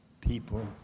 people